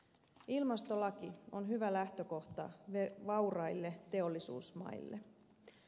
ilmastolaki on hyvä lähtökohta vauraille teollisuusmaille